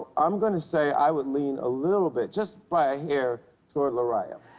i'm going to say i would lean a little bit, just by a hair, toward larriah.